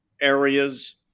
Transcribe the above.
areas